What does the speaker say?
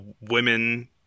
women